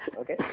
Okay